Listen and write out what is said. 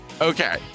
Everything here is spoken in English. Okay